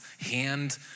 hand